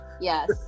Yes